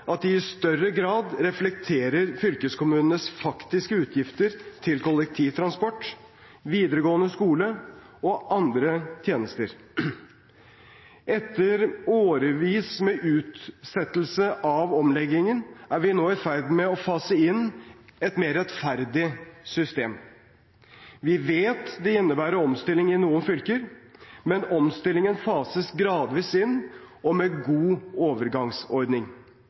at de i større grad reflekterer fylkeskommunenes faktiske utgifter til kollektivtransport, videregående skole og andre tjenester. Etter årevis med utsettelse av omleggingen er vi nå i ferd med å fase inn et mer rettferdig system. Vi vet det innebærer omstillinger i noen fylker, men omstillingen fases gradvis inn og med en god overgangsordning.